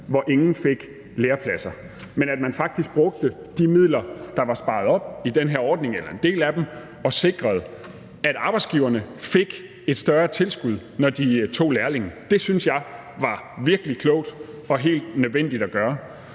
hvor ingen fik lærepladser, men at man faktisk brugte de midler, der var sparet op i den her ordning, eller en del af dem og sikrede, at arbejdsgiverne fik et større tilskud, når de tog lærlinge. Det synes jeg var virkelig klogt og helt nødvendigt at gøre.